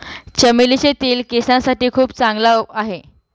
चमेलीचे तेल केसांसाठी खूप चांगला आहे